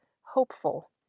hopeful